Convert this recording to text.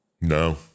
no